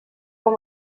com